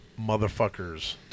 motherfuckers